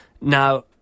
Now